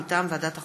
מטעם ועדת החוקה,